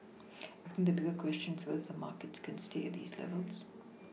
I think the bigger question is whether the markets can stay at these levels